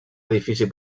edifici